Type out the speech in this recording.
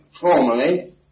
formally